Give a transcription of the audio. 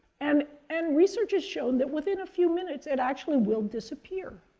and and research has shown that within a few minutes it actually will disappear.